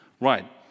Right